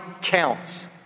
counts